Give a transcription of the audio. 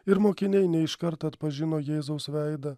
ir mokiniai ne iš karto atpažino jėzaus veidą